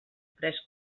fresc